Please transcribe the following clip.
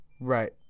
Right